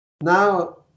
Now